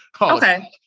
Okay